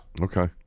Okay